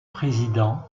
président